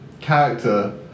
character